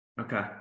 Okay